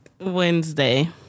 Wednesday